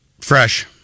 fresh